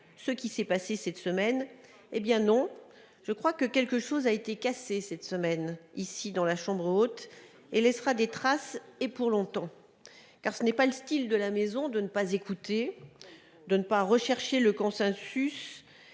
ce qu'il vient de se passer. Eh bien non ! Je crois que quelque chose a été cassé cette semaine dans la chambre haute et que cela laissera des traces encore longtemps. Ce n'est pas le style de la maison de ne pas écouter, de ne pas rechercher le consensus,